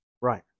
Right